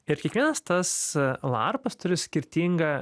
ir kiekvienas tas larpas turi skirtingą